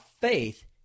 faith